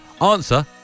Answer